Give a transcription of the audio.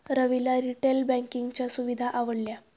रविला रिटेल बँकिंगच्या सुविधा आवडल्या